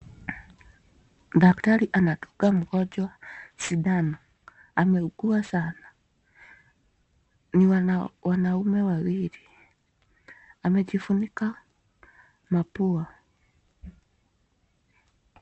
Daktari anadunga mgonjwa sindano, ameugua sana. Ni wanaume wawili amejifunika mapua.